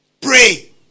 pray